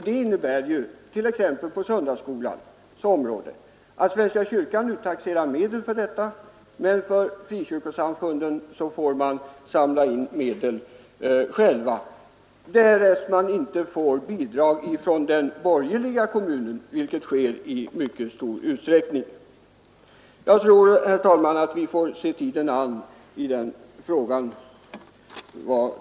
Det innebär t.ex. att svenska kyrkan kan uttaxera medel för sin söndagsskolverksamhet medan frikyrkosamfunden själva får samla in medlen till sin motsvarande verksamhet, därest de inte får bidrag från den borgerliga kommunen, vilket sker i stor utsträckning. Jag tror, herr talman, att vi får se tiden an i denna fråga.